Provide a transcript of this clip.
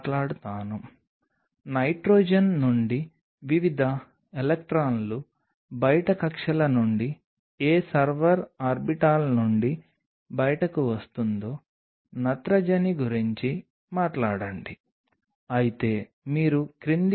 poly D lysine చాలా తక్కువ గాఢతతో కణాల పెరుగుదలను ప్రోత్సహిస్తుంది అయితే దాదాపుగా ఉపరితల కవరేజీని పూర్తి చేయడానికి సరిపోతుంది